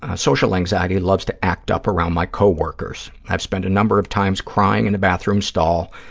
ah social anxiety loves to act up around my co-workers. i've spent a number of times crying in a bathroom stall,